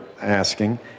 asking